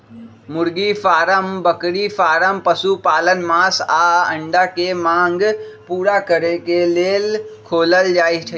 मुर्गी फारम बकरी फारम पशुपालन मास आऽ अंडा के मांग पुरा करे लेल खोलल जाइ छइ